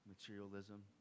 materialism